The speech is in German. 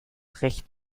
recht